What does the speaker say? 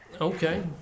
Okay